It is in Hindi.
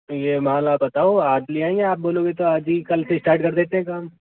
ये माल आप बताओ आज ले आएंगे आप बोलोगे तो आज ही कल से स्टार्ट कर देते हैं काम